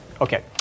Okay